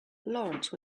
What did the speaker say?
lawrence